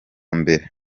mbere